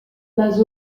les